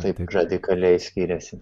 taip radikaliai skiriasi